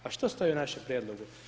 Pa što stoji u našem prijedlogu?